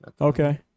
Okay